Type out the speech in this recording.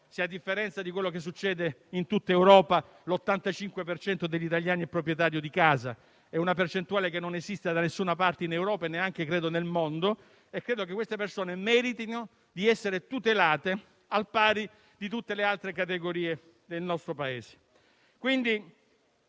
se, a differenza di quello che succede in tutta Europa, l'85 per cento degli italiani è proprietario di casa. È una percentuale che non esiste da nessuna parte in Europa e neanche, credo, nel mondo. Queste persone meritano di essere tutelate al pari di tutte le altre categorie del nostro Paese.